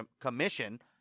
Commission